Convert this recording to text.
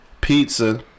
pizza